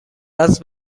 است